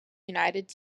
united